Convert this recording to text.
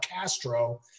Castro